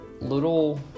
little